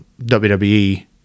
wwe